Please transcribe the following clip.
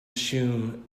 assume